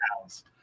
house